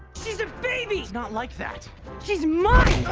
she's a baby! it's not like that she's mine